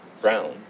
brown